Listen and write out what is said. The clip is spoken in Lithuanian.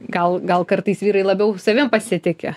gal gal kartais vyrai labiau savim pasitiki